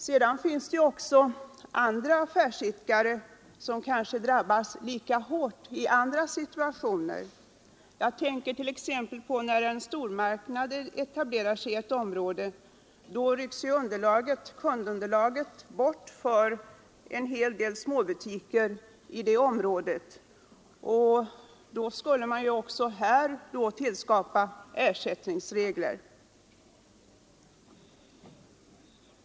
Det finns också andra affärsidkare som kanske drabbas lika hårt i andra situationer. Jag tänker t.ex. på när en stormarknad etablerar sig i ett område. Då rycks kundunderlaget bort för en hel del småbutiker i det området, och man borde alltså även här tillskapa ersättningsregler.